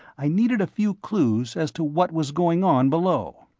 i needed a few clues as to what was going on below.